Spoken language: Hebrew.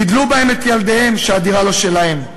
גידלו בהן את ילדיהם, שהדירה לא שלהם?